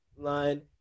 line